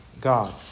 God